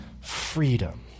freedom